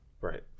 right